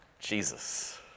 Jesus